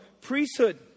priesthood